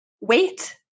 wait